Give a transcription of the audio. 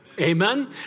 Amen